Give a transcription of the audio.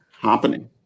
happening